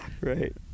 right